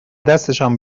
دستشان